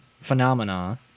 phenomena